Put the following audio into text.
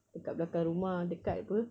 dekat belakang rumah dekat [pe]